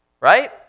Right